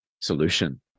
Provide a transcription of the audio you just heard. solution